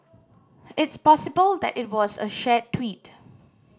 it's possible that it was a shared tweet